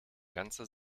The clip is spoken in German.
ganze